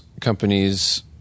companies